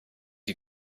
you